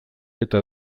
eta